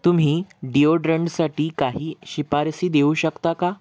तुम्ही डिओड्रंटसाठी काही शिफारसी देऊ शकता का